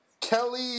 Kelly